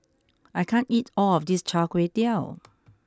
I can't eat all of this Char Kway Teow